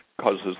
causes